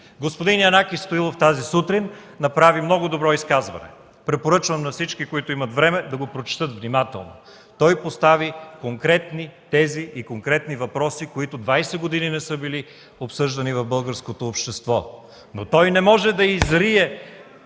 Господин Янаки Стоилов тази сутрин направи много добро изказване. Препоръчвам на всички, които имат време, да го прочетат внимателно. Той постави конкретни тези и въпроси, които двадесет години не са били обсъждани в българското общество, но той не може да изрие